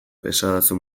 esadazu